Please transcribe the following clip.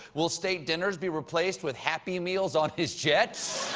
will state dinners be replaced with happy meals on his jet?